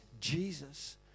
Jesus